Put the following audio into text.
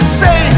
say